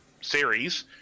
series